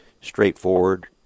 straightforward